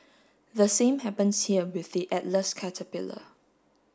the same happens here with the Atlas caterpillar